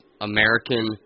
American